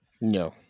No